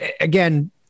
again